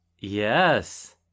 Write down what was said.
Yes